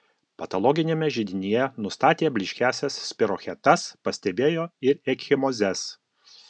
patologiniame židinyje nustatė blyškiąsias spirochetas pastebėjo ir ekchimozes